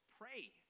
pray